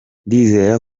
ndizera